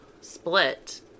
split